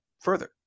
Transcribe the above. further